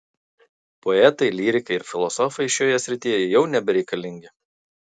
poetai lyrikai ir filosofai šioje srityje jau nebereikalingi